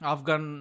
Afghan